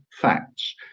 facts